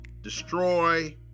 destroy